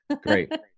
Great